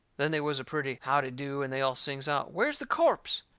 then they was a pretty howdy-do, and they all sings out where's the corpse?